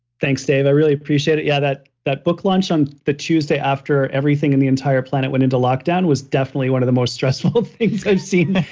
thanks, dave. i really appreciate it. yeah, that that book launched on the tuesday after everything in the entire planet went into lockdown. it was definitely one of the most stressful things i've seen.